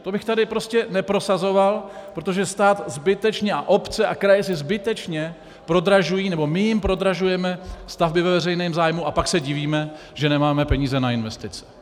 To bych tu prostě neprosazoval, protože stát zbytečně a obce a kraje si zbytečně prodražují nebo my jim prodražujeme stavby ve veřejném zájmu a pak se divíme, že nemáme peníze na investice.